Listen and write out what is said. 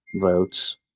votes